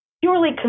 purely